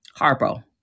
Harpo